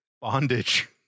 bondage